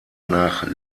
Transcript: nach